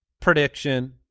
prediction